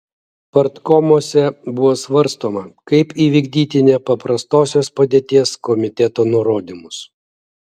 partkomuose buvo svarstoma kaip įvykdyti nepaprastosios padėties komiteto nurodymus